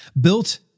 built